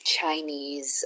Chinese